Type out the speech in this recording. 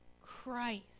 Christ